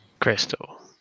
crystal